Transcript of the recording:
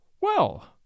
Well